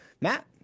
Matt